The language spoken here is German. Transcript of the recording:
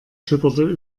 schipperte